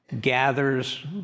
gathers